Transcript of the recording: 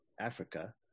Africa